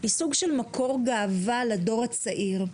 היא סוג של מקור גאווה לדור הצעיר,